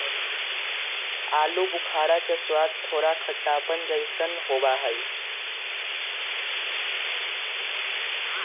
आलू बुखारा के स्वाद थोड़ा खट्टापन जयसन होबा हई